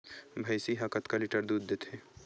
भंइसी हा कतका लीटर दूध देथे?